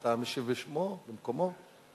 אתה משיב בשמו, במקומו?